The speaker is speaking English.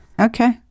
Okay